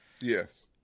Yes